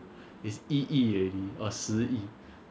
he oh my recording stopped